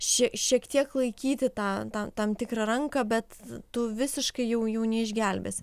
šie šiek tiek laikyti tą tą tam tikrą ranką bet tu visiškai jau jų neišgelbėsi